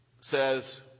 says